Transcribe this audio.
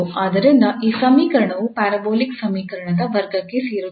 ಆದ್ದರಿಂದ ಈ ಸಮೀಕರಣವು ಪ್ಯಾರಾಬೋಲಿಕ್ ಸಮೀಕರಣದ ವರ್ಗಕ್ಕೆ ಸೇರುತ್ತದೆ